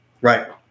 right